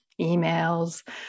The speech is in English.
emails